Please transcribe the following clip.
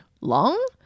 long